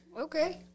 Okay